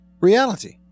reality